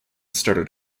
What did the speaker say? started